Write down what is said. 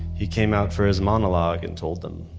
he came out for his monologue and told them